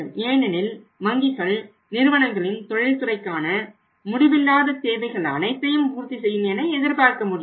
ஏனெனில் வங்கிகள் நிறுவனங்களின் தொழில் துறைக்கான முடிவில்லாத தேவைகள் அனைத்தையும் பூர்த்தி செய்யும் என எதிர்பார்க்க முடியாது